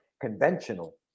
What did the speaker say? conventional